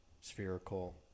spherical